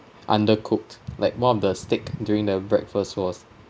undercooked like one of the steak during the breakfast was